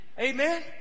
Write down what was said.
Amen